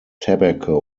tobacco